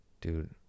dude